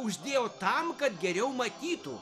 uždėjau tam kad geriau matytų